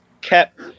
kept